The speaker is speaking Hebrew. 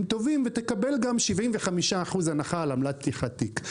טובים ותקבל גם 75% הנחה על עמלת פתיחת תיק.